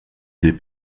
des